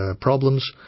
problems